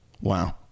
Wow